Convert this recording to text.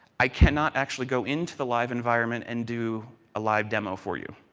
i cannot actually go into the live environment and do a live demo for you.